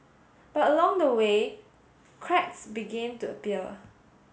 but along the way cracks began to appear